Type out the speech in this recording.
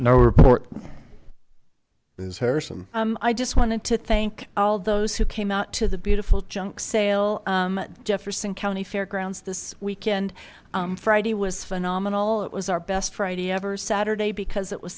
harrison um i just wanted to thank all those who came to the beautiful junk sale jefferson county fairgrounds this weekend friday was phenomenal it was our best friday ever saturday because it was